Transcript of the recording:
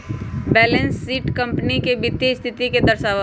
balance sheet company के वित्तीय स्थिति के दर्शावा हई